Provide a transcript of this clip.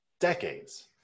Decades